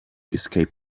escape